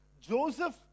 Joseph